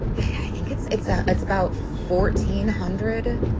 i think it's it's ah it's about fourteen hundred.